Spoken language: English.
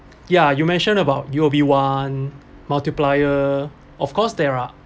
ya you mention about you will be one multiplier of course there are